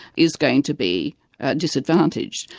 is going to be disadvantaged.